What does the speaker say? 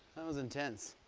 was intense.